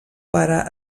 pare